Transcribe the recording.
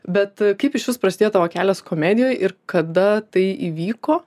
bet kaip išvis prasidėjo tavo kelias komedijoj ir kada tai įvyko